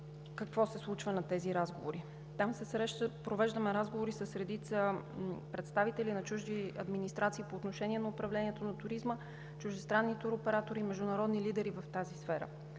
какво се случва на тези разговори. Там провеждаме разговори с редица представители на чужди администрации по отношение на управлението на туризма – чуждестранни туроператори, международни лидери в тази сфера.